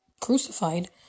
crucified